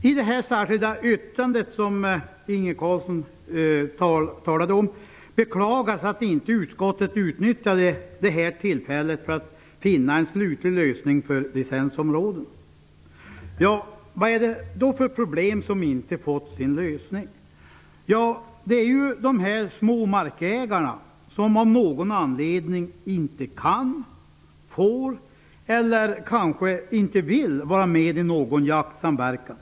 I det särskilda yttrandet, som Inge Carlsson talade om, beklagas att utskottet inte utnyttjade det här tillfället för att finna en slutlig lösning för licensområdena. Vilka problem är det då som inte har fått sin lösning? Ja, det är problemet med ägarna av mindre marker, som av någon anledning inte kan, inte får eller kanske inte vill vara med i någon jaktsamverkan.